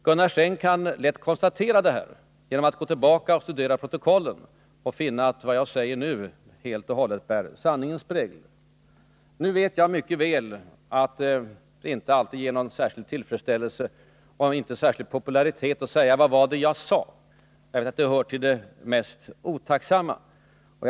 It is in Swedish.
Gunnar Sträng kan lätt konstatera riktigheten i detta genom att gå tillbaka i protokollen och studera dem. Då skall han finna att vad jag säger nu helt och hållet bär sanningens prägel. Nu vet jag mycket väl att det inte alltid ger någon särskild tillfredsställelse och inte heller någon särskild popularitet att säga: Vad var det jag sade! Jag vet att det hör till det mest otacksamma som finns.